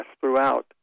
throughout